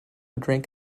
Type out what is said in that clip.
drink